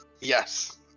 Yes